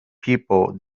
people